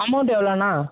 amount எவ்வளோணா